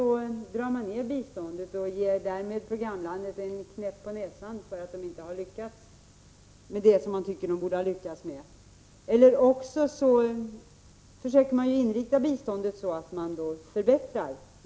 Antingen drar man ned biståndet och ger därmed programlandet en knäpp på näsan för att det inte lyckats med det som man tycker att det borde ha lyckats med, eller också försöker man inrikta biståndet så att man undanröjer bristerna.